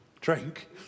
Drink